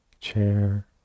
chair